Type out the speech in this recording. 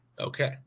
Okay